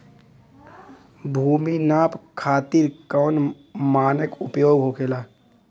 भूमि नाप खातिर कौन मानक उपयोग होखेला?